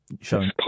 showing